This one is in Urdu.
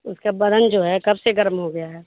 اس کا بدن جو ہے کب سے گرم ہو گیا ہے